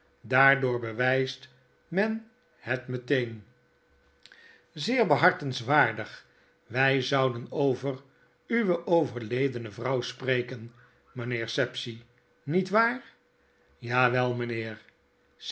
daardoor bewijst men het meteen zeer behartigenswaardig wy zouden over uwe overledene vrouw spreken mijnheer sapsea niet waar ja wel mijnheer